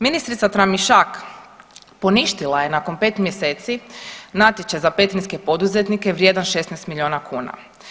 Ministrica Tramišak poništila je nakon 5 mjeseci natječaj za petrinjske poduzetnike vrijedan 16 milijuna kuna.